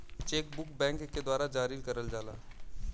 check book bank के द्वारा जारी करल जाला